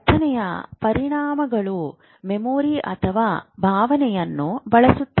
ವರ್ತನೆಯ ಪರಿಣಾಮಗಳು ಮೆಮೊರಿ ಅಥವಾ ಭಾವನೆಯನ್ನು ಬಳಸುತ್ತವೆ